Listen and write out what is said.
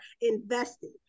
invested